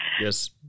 Yes